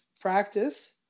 practice